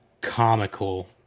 comical